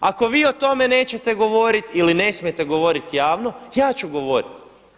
Ako vi o tome nećete govoriti ili nesmijete govoriti javno ja ću govoriti.